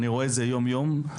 אני רואה את זה יום יום,